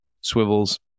swivels